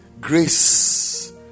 Grace